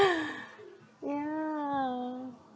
ya